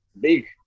big